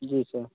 जी sir